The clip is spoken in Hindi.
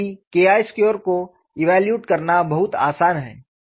क्योंकि KI2 को इव्यलूएट करना बहुत आसान है